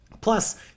Plus